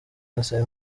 ndasaba